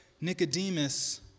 Nicodemus